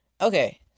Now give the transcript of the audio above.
Okay